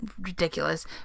ridiculous